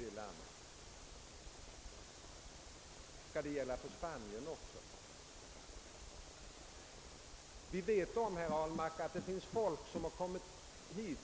Skall detta också gälla för Spanien: Vi vet, herr Ahlmark, att människor kommit hit